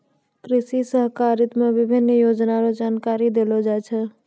कृषि सहकारिता मे विभिन्न योजना रो जानकारी देलो जाय छै